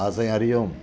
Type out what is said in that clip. हा साईं हरिओम